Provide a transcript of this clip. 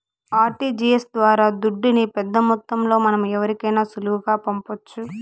RTGS ద్వారా దుడ్డుని పెద్దమొత్తంలో మనం ఎవరికైనా సులువుగా పంపొచ్చు